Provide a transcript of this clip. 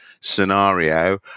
scenario